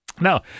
Now